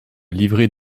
livret